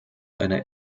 einer